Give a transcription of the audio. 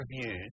reviews